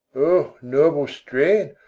o noble strain!